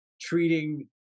treating